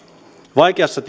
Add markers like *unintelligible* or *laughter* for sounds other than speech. vaikeassa *unintelligible*